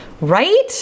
Right